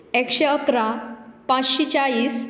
एकशें अकरा पांचशें चाळीस